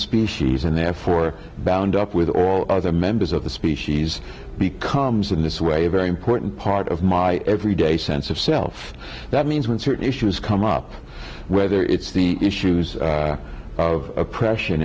species and therefore bound up with all other members of the species becomes in this way a very important part of my everyday sense of self that means when certain issues come up whether it's the issues of oppression